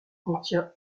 contient